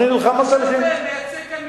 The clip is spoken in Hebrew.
עכשיו אתה מייצג מפלגה